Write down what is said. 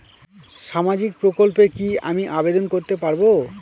সামাজিক প্রকল্পে কি আমি আবেদন করতে পারবো?